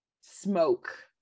smoke